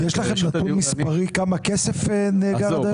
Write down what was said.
יש לכם נתון מספרי כמה כסף נאגר עד היום?